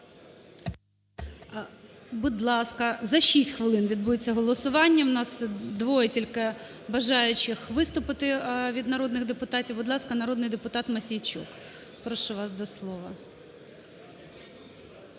Будь ласка, за 6 хвилин відбудеться голосування, у нас двоє тільки бажаючих виступити від народних депутатів. Будь ласка, народний депутат Мосійчук. Прошу вас до слова.